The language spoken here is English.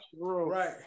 Right